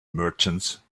merchants